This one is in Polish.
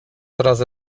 razy